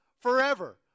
forever